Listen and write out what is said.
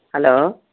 hello